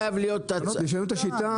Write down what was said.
זה לא חייב להיות --- לשנות את השיטה,